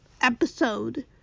episode